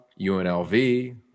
UNLV